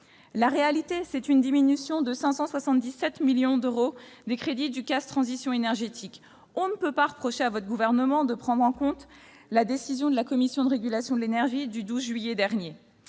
La réalité, c'est une diminution de 577 millions d'euros des crédits du compte d'affectation spéciale « Transition énergétique ». On ne peut pas reprocher à votre gouvernement de prendre en compte la décision de la Commission de régulation de l'énergie du 12 juillet dernier.